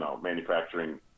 manufacturing